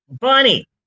Bunny